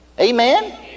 Amen